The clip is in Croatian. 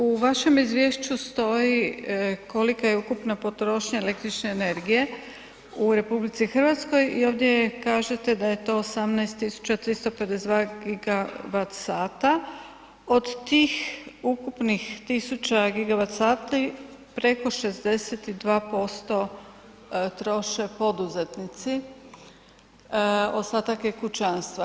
U vašem izvješću stoji kolika je ukupna potrošnja električne energije u RH i ovdje kažete da je to 18.352 gigavat sata, od tih ukupnih tisuća gigavat sati preko 62% troše poduzetnici, ostatak je kućanstvo.